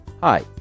Hi